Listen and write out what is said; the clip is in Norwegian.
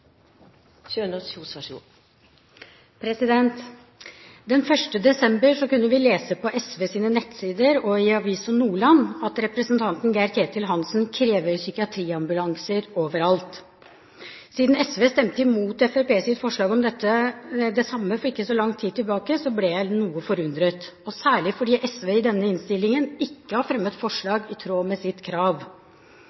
samme for ikke så lang tid tilbake, ble jeg noe forundret, og særlig fordi SV i denne innstillingen ikke har fremmet